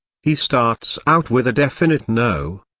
he starts out with a definite no.